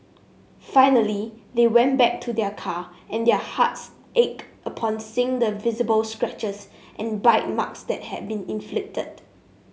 finally they went back to their car and their hearts ached upon seeing the visible scratches and bite marks that had been inflicted